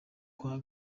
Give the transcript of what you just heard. kwa